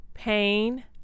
Pain